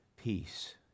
peace